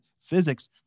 physics